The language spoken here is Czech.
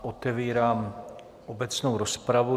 Otevírám obecnou rozpravu.